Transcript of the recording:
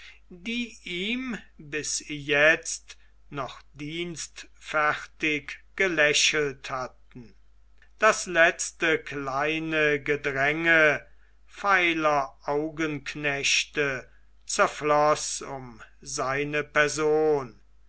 die ihm bis jetzt noch dienstfertig gelächelt hatten das letzte kleine gedränge feiler augenknechte zerfloß um seine person